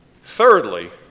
Thirdly